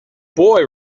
boy